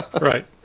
right